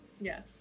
Yes